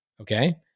Okay